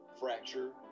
fracture